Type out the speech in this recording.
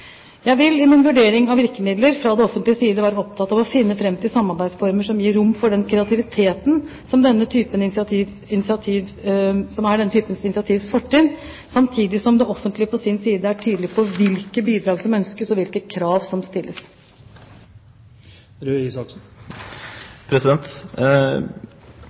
Jeg vil i min vurdering av virkemidler fra det offentliges side være opptatt av å finne fram til samarbeidsformer som gir rom for den kreativiteten som er denne typen initiativs fortrinn, samtidig som det offentlige på sin side er tydelige på hvilke bidrag som ønskes, og hvilke krav som stilles.